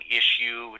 issue